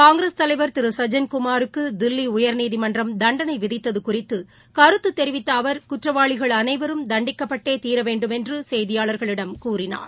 காங்கிரஸ் தலைவர் திரு சஜன் குமாருக்கு தில்லி உயர்நீதிமன்றம் தண்டனை விதித்தது குறித்து கருத்து தெரிவித்த அவர் குற்றவாளிகள் அளைவரும் தண்டிக்கப்பட்டே தீரவேண்டும் என்று செய்தியாளர்களிடம் கூறினார்